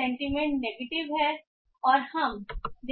sentiment negative है और हम